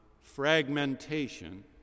fragmentation